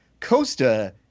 Costa